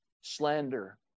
slander